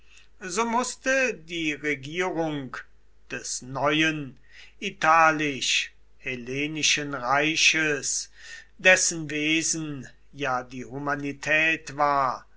so mußte die regierung des neuen italisch hellenischen reiches dessen wesen ja die humanität war